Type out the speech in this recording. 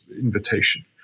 invitation